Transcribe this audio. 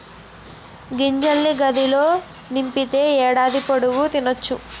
గింజల్ని గాదిలో నింపితే ఏడాది పొడుగు తినొచ్చును